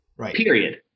period